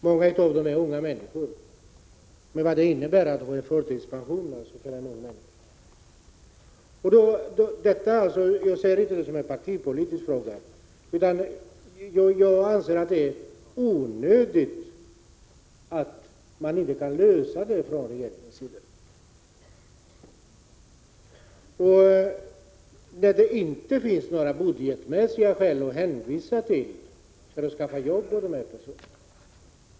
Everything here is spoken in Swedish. Många av dessa handikappade är unga människor, med vad det innebär att gå i förtidspension för en ung människa. Jag ser inte detta som en partipolitisk fråga, utan jag anser bara att det är märkligt att regeringen inte kan lösa det här problemet. Det finns inte heller några budgetmässiga skäl att hänvisa till för att inte skaffa jobb till de här personerna.